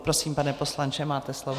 Prosím, pane poslanče, máte slovo.